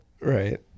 Right